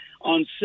on